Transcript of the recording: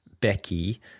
Becky